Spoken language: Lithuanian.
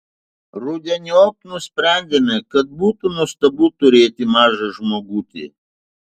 rudeniop nusprendėme kad būtų nuostabu turėti mažą žmogutį